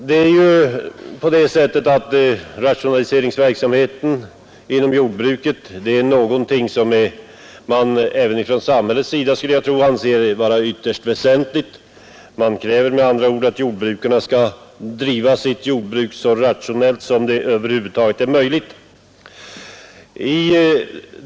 Att jordbruket rationaliseras är något som man från samhällets sida anser vara ytterst väsentligt. Man kräver med andra ord att jordbrukarna skall bedriva sitt jordbruk så rationellt som möjligt.